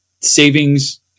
savings